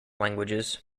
languages